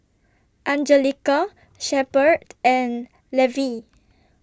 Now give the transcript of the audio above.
Anjelica Shepherd and Levie